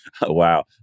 Wow